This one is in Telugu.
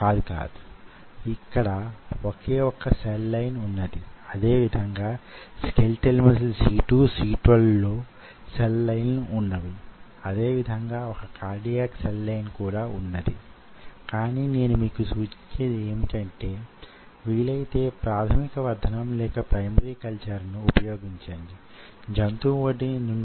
ఇవి కాకుండా స్లైడింగ్ ఫిలమెంట్ సిద్ధాంతం ఎలా పని చేస్తుందో కండరం ఎలా సంకొచిస్తుందో యిలా వొకటేమిటి - ఎన్నో చర్చించుకున్నాము